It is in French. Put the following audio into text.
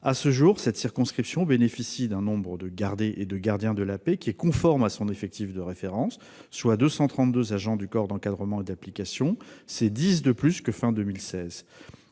À ce jour, cette circonscription bénéficie d'un nombre de gradés et de gardiens de la paix conforme à son effectif de référence, soit 232 agents du corps d'encadrement et d'application. C'est dix de plus qu'à la